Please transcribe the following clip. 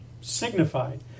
signified